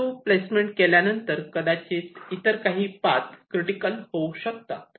परंतु प्लेसमेंट केल्यानंतर कदाचित इतर काही पाथ कदाचित क्रिटिकल होऊ शकतात